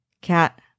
Cat